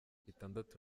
itandatu